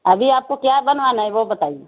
ابھی آپ کو کیا بنوانا ہے وہ بتائیے